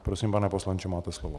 Prosím, pane poslanče, máte slovo.